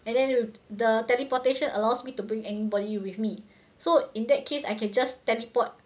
and then the teleportation allows me to bring anybody with me so in that case I can just teleport oh that's